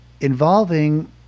involving